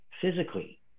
Physically